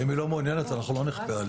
אם היא לא מעוניינת אנחנו לא נכפה עליה.